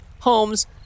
homes